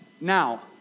Now